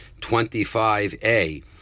25A